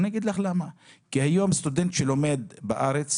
אני אגיד לך למה, כי היום סטודנט שלומד בארץ,